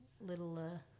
little